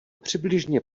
přibližně